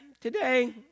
today